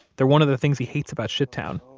they're one of the things he hates about shittown.